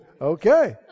Okay